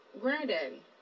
granddaddy